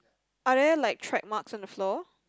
are there like track marks on the floor